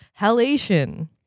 halation